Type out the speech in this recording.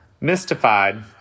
Mystified